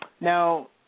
Now